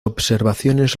observaciones